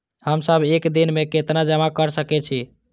हम सब एक दिन में केतना जमा कर सके छी?